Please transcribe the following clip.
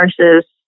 versus